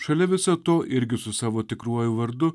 šalia viso to irgi su savo tikruoju vardu